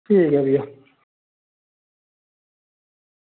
ठीक ऐ भैया